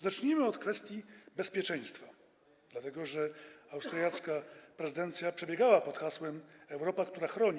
Zacznijmy od kwestii bezpieczeństwa, dlatego że austriacka prezydencja przebiegała pod hasłem: Europa, która chroni.